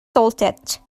salted